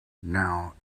now